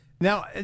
Now